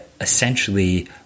Essentially